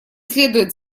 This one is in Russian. следует